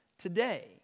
today